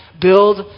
build